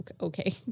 Okay